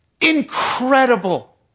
incredible